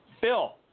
Phil